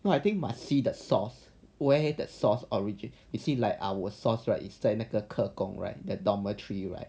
oh I think must see the source where the source origin is you see like our source right is the 在那个客工 right the dormitory right